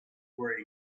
were